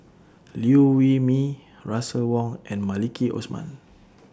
Liew Wee Mee Russel Wong and Maliki Osman